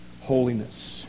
holiness